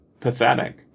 pathetic